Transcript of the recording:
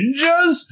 ninjas